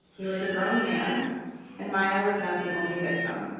he was a grown man in my ah was not the only victim.